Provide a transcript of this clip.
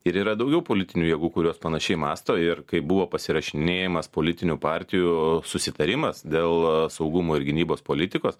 ir yra daugiau politinių jėgų kurios panašiai mąsto ir kaip buvo pasirašinėjamas politinių partijų susitarimas dėl saugumo ir gynybos politikos